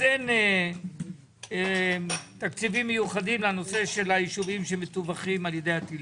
אז אין תקציבים מיוחדים לנושא של הישובים שמטווחים על ידי הטילים.